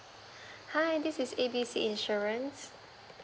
hi this is A B C insurance